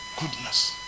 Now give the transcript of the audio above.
Goodness